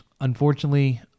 Unfortunately